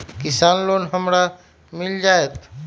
किसान लोन हमरा मिल जायत?